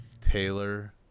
Taylor